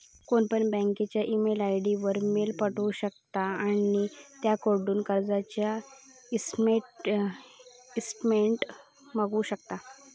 कोणपण बँकेच्या email ID वर मेल पाठवु शकता आणि त्यांच्याकडून कर्जाचा ईस्टेटमेंट मागवु शकता